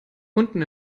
unten